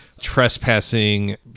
trespassing